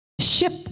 ship